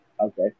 Okay